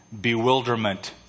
bewilderment